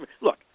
Look